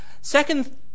Second